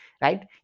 right